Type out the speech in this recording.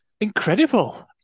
incredible